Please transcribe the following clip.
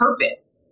purpose